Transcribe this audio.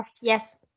Yes